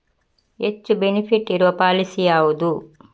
ಹೆಚ್ಚು ಬೆನಿಫಿಟ್ ಇರುವ ಪಾಲಿಸಿ ಯಾವುದು?